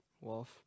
Wolf